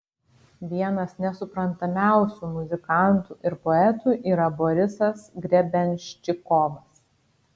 vienas nesuprantamiausių muzikantų ir poetų yra borisas grebenščikovas